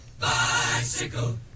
bicycle